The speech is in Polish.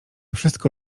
wszystko